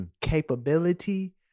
Capability